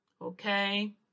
Okay